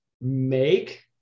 make